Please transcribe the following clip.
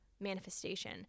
manifestation